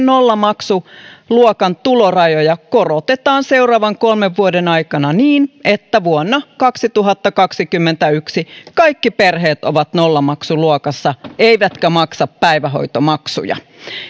nollamaksuluokan tulorajoja korotetaan seuraavan kolmen vuoden aikana niin että vuonna kaksituhattakaksikymmentäyksi kaikki perheet ovat nollamaksuluokassa eivätkä maksa päivähoitomaksuja